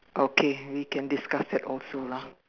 okay we can discuss that also lah